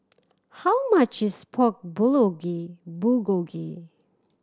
how much is Pork Bulgogi